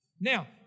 Now